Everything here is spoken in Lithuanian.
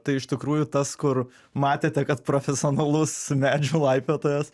tai iš tikrųjų tas kur matėte kad profesionalus medžių laipiotojas